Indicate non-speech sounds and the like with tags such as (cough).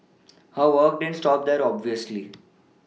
(noise) her work didn't stop there obviously